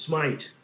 Smite